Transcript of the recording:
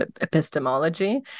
epistemology